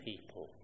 people